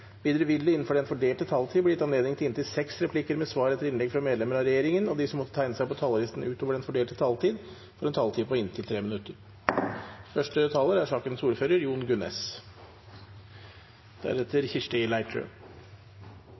Videre vil det –innenfor den fordelte taletid – bli gitt anledning til inntil seks replikker med svar etter innlegg fra medlemmer av regjeringen, og de som måtte tegne seg på talerlisten utover den fordelte taletid, får også en taletid på inntil 3 minutter.